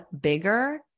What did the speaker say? bigger